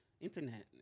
Internet